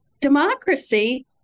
democracy